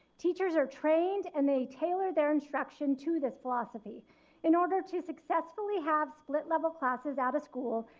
teachers are trained and they tailor their instruction to this philosophy in order to successfully have split-level classrooms at a school,